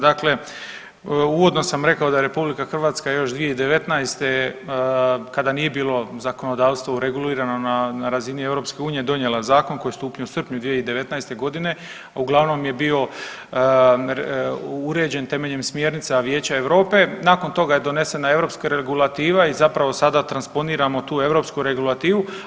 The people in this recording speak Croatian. Dakle, uvodno sam rekao da RH još 2019. kada nije bilo zakonodavstvo regulirano na razini EU donijela zakon koji je stupio u srpnju 2019.g. uglavnom je bio uređen temeljem smjernica Vijeća Europe, nakon toga je donesena europska regulativa i zapravo sada transponiramo tu europsku regulativu.